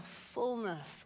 fullness